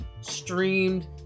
streamed